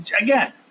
again